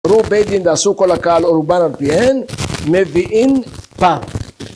ראו בית דין ועשו כל הקהל אורובן על פיהן, מביאים פעם.